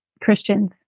Christians